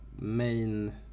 main